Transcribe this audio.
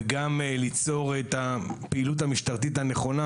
וגם ליצור את הפעילות המשטרתית הנכונה